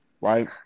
right